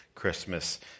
Christmas